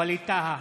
ווליד טאהא,